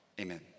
Amen